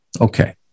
Okay